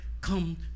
come